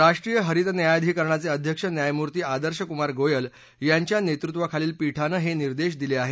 राष्ट्रीय हरित न्यायाधिकरणाचे अध्यक्ष न्यायमूर्ती आदर्श कुमार गोयल यांच्या नेतृत्वाखालील पीठानं हे निदेश दिले आहेत